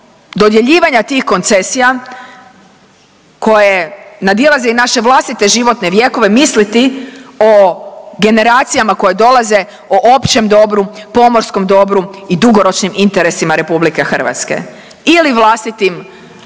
dodjeljivanja tih koncesija koje nadilaze i naše vlastite životne vjekove misliti o generacijama koje dolaze, o općem dobru, pomorskom dobru i dugoročnim interesima RH ili vlastitim privremenim